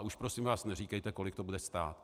Ale už prosím vás neříkejte, kolik to bude stát.